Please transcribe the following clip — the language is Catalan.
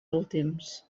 últims